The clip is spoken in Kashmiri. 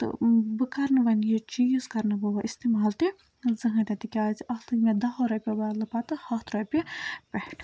تہٕ بہٕ کَرنہٕ وۄنۍ یہِ چیٖز کَرنہٕ بہٕ وۄنۍ اِستعمال تہِ زٕہۭنۍ تہِ تِکیٛازِ اَتھ لٔگۍ مےٚ دَہو رۄپیہِ بَدلہٕ پَتہٕ ہَتھ رۄپیہِ پٮ۪ٹھ